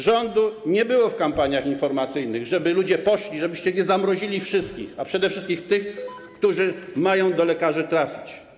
Rządu nie było w kampaniach informacyjnych, żeby ludzie poszli, żebyście nie zamrozili wszystkich, a przede wszystkim tych, którzy mają do lekarza trafić.